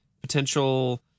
potential